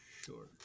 Sure